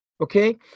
Okay